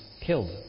killed